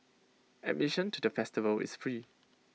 admission to the festival is free